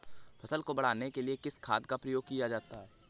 फसल को बढ़ाने के लिए किस खाद का प्रयोग किया जाता है?